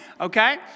okay